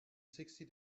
sixty